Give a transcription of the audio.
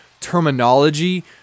terminology